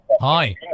Hi